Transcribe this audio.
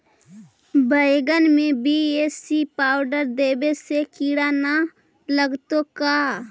बैगन में BAC powder देबे से किड़ा न लगतै का?